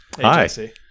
Hi